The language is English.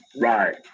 right